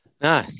no